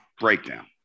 breakdown